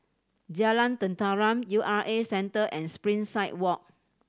Jalan Tenteram U R A Centre and Springside Walk